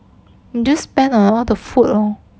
just spend on all the food lor